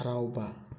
ꯍꯔꯥꯎꯕ